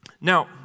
Now